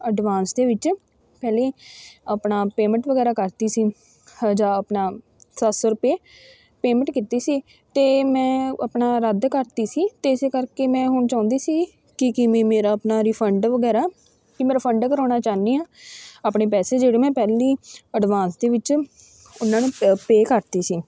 advance ਦੇ ਵਿੱਚ ਪਹਿਲੇ ਆਪਣਾ ਪੇਮੈਂਟ ਵਗੈਰਾ ਕਰਤੀ ਸੀ ਹ ਜਾ ਆਪਣਾ ਸੱਤ ਸੌ ਰੁਪਏ ਪੇਮੈਂਟ ਕੀਤੀ ਸੀ ਅਤੇ ਮੈਂ ਆਪਣਾ ਰੱਦ ਕਰਤੀ ਸੀ ਅਤੇ ਇਸ ਕਰਕੇ ਮੈਂ ਹੁਣ ਚਾਹੁੰਦੀ ਸੀ ਕਿ ਕਿਵੇਂ ਮੇਰਾ ਆਪਣਾ ਰਿਫੰਡ ਵਗੈਰਾ ਕਿ ਮੈਂ ਰਿਫੰਡ ਕਰਵਾਉਣਾ ਚਾਹੁੰਦੀ ਹਾਂ ਆਪਣੇ ਪੈਸੇ ਜਿਹੜੇ ਮੈਂ ਪਹਿਲੀਂ ਐਡਵਾਂਸ ਦੇ ਵਿੱਚ ਉਹਨਾਂ ਨੂੰ ਪੇ ਕਰਤੇ ਸੀ